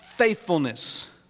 faithfulness